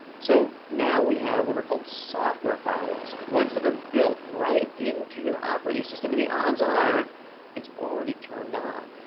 so now, we have what are called software firewalls, ones that are built right into your operating system, and the odds are it's already turned on.